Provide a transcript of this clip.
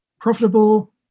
profitable